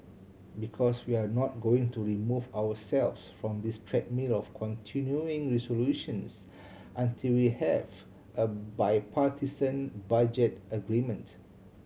because we're not going to remove ourselves from this treadmill of continuing resolutions until we have a bipartisan budget agreement